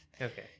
Okay